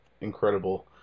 incredible